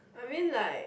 I mean like